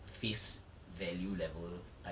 face value level type